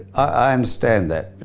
i understand that,